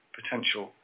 potential